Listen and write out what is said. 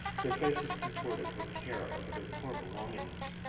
their faces contorted with care over their poor belongings.